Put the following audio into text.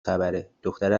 خبرهدختره